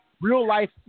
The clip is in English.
real-life